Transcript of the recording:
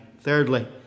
Thirdly